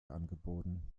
angeboten